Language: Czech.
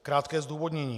Krátké zdůvodnění.